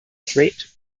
threat